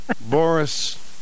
Boris